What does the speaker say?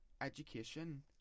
education